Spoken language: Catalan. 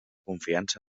confiança